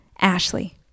Ashley